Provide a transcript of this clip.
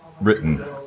written